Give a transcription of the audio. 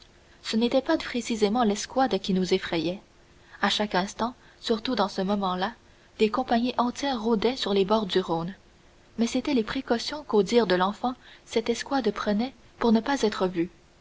ce n'était pas précisément l'escouade qui nous effrayait à chaque instant surtout dans ce moment-là des compagnies entières rôdaient sur les bords du rhône mais c'étaient les précautions qu'au dire de l'enfant cette escouade prenait pour ne pas être vue